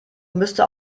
müsste